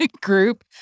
group